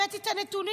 הראיתי את הנתונים.